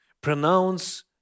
pronounce